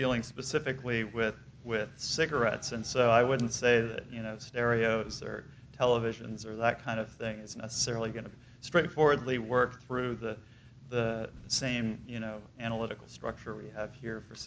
dealing specifically with with cigarettes and so i wouldn't say that you know stereos or televisions or that kind of thing is necessarily going to straightforwardly work through the same you know analytical structure we're here for